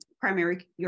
primary